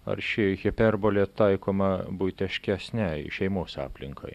ar ši hiperbolė taikoma buitiškesniai šeimos aplinkai